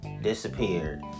disappeared